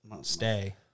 Stay